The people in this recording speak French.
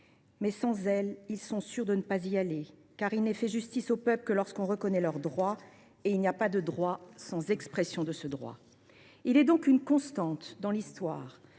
Mais sans elle, ils sont sûrs de n’y pas aller. Car il n’est fait justice aux peuples que lorsqu’on reconnaît leurs droits et il n’y a pas de droit sans expression de ce droit. » Il est une constante dans l’histoire